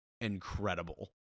incredible